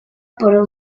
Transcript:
por